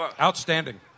Outstanding